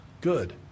good